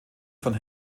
von